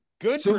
Good